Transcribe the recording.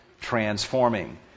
Transforming